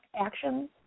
actions